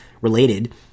related